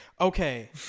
okay